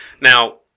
now